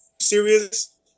serious